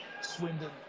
Swindon